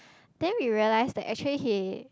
then we realise that actually he